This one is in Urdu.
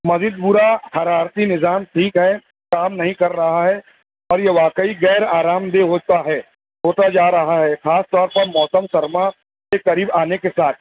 مزید پورا حرارتی نظام ٹھیک ہے کام نہیں کر رہا ہے اور یہ واقعی غیر آرامدہ ہوتا ہے ہوتا جا رہا ہے خاص طور پر موسمِ سرما کے قریب آنے کے ساتھ